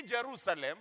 Jerusalem